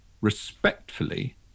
respectfully